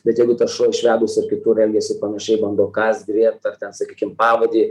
bet jeigu tas šuo išvedus ir kitur elgiasi panašiai bando kąst griebt ar ten sakykim pavadį